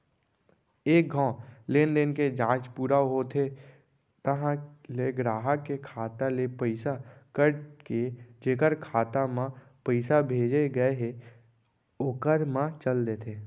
एक घौं लेनदेन के जांच पूरा होथे तहॉं ले गराहक के खाता ले पइसा कट के जेकर खाता म पइसा भेजे गए हे ओकर म चल देथे